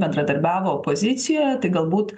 bendradarbiavo opozicijoj tai galbūt